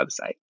website